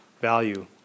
value